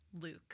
Luke